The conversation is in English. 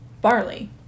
barley